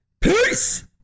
Peace